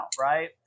right